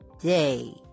day